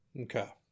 Okay